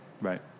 Right